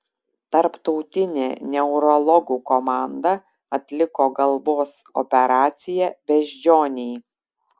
tarptautinė neurologų komanda atliko galvos operaciją beždžionei